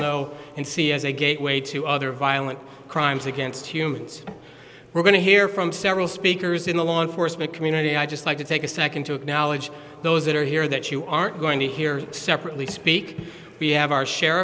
know and see as a gateway to other violent crimes against humans we're going to hear from several speakers in the law enforcement community i'd just like to take a second to acknowledge those that are here that you aren't going to hear separately speak we have our sh